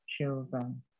children